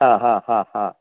ಹಾಂ ಹಾಂ ಹಾಂ ಹಾಂ